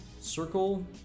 circle